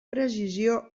precisió